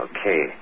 Okay